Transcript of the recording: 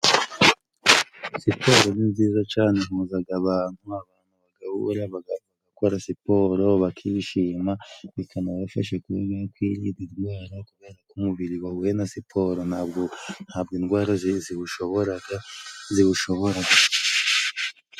Siporo ni nziza cane ihuzaga abantu. Abantu bagahura bagakora siporo, bakishima bikanabafasha kwirinda indwara. Umubiri wahuye na siporo ntabwo ntabwo indwara iwushoboraga, ziwushoboraga.